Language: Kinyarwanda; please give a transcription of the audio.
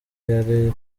yari